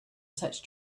such